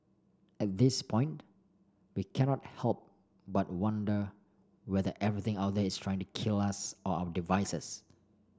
at this point we cannot help but wonder whether everything out there is trying kill us or our devices